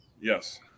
Yes